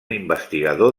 investigador